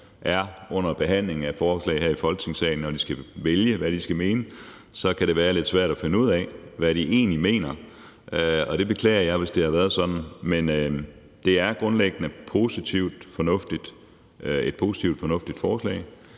er under behandlingen af forslag her i Folketingssalen; når de skal vælge, hvad de skal mene, kan det være lidt svært at finde ud af, hvad de egentlig mener. Og jeg beklager, hvis det har været sådan. Det er grundlæggende et positivt, fornuftigt forslag,